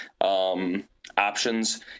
options